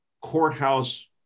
courthouse